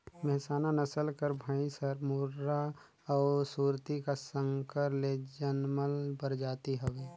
मेहसाना नसल कर भंइस हर मुर्रा अउ सुरती का संकर ले जनमल परजाति हवे